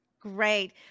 Great